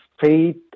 faith